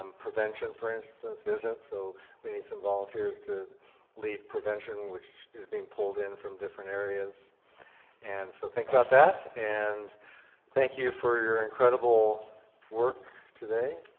um prevention, for instance, isn't. so we need some volunteers to lead prevention which is being pulled in from different areas and so think about that and thank you for your incredible work today.